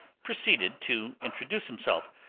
proceeded to introduce himself.